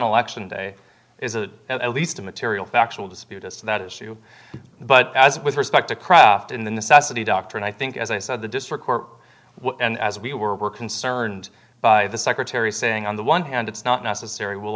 election day is a at least a material factual dispute as to that issue but as with respect to craft in the necessity doctrine i think as i said the district court and as we were concerned by the secretary saying on the one hand it's not necessary will